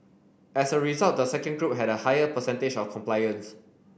as a result the second group had a higher percentage of compliance